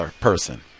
person